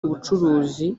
ubucuruzi